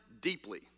deeply